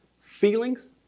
Feelings